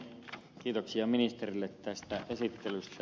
kiitoksia ministerille tästä esittelystä